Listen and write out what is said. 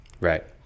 right